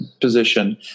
position